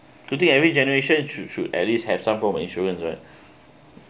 today every generation should should at least have some form of insurance right